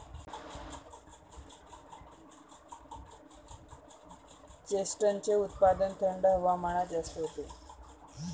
चेस्टनटचे उत्पादन थंड हवामानात जास्त होते